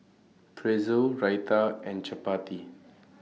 Pretzel Raita and Chapati